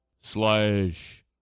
slash